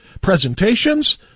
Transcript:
presentations